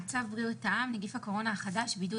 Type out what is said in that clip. הצעת צו בריאות העם (נגף הקורונה החדש) (בידוד